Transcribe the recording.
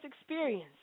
experience